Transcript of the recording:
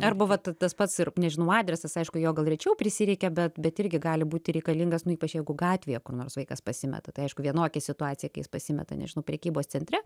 arba vat tas pats ir nežinau adresas aišku jo gal rečiau prisireikia bet bet irgi gali būti reikalingas nu ypač jeigu gatvėje kur nors vaikas pasimeta tai aišku vienokia situacija kai jis pasimeta nežinau prekybos centre